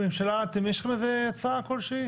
ממשלה, אתם יש לכם איזה הצעה כלשהי?